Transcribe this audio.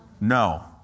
No